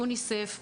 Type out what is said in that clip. יוניסף,